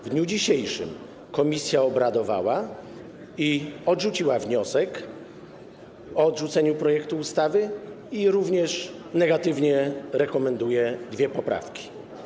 W dniu dzisiejszym komisja obradowała i odrzuciła wniosek o odrzucenie projektu ustawy, jak również negatywnie rekomenduje dwie poprawki.